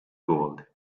gold